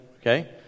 okay